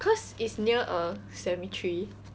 cause it's is near a cemetery